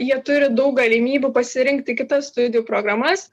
jie turi daug galimybių pasirinkti kitas studijų programas